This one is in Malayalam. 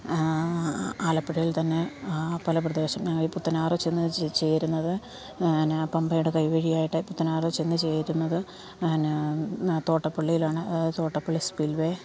ആലപ്പുഴയിൽ തന്നെ പല പ്രദേശങ്ങൾ പുത്തനാറിൽ ചെന്ന് ചേരുന്നത് എന്നാ പമ്പയുടെ കൈവഴി ആയിട്ട് പുത്തനാറ് ചെന്ന് ചേരുന്നത് എന്നാ തോട്ടപ്പള്ളിയിലാണ് തോട്ടപ്പള്ളി സ്പിൽവേ